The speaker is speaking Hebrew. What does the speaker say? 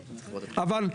אבל,